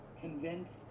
convinced